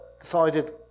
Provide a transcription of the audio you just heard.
decided